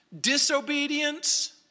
Disobedience